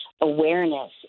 awareness